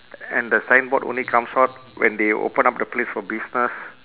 and the signboard only comes out when they open up the place for business